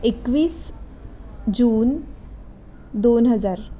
एकवीस जून दोन हजार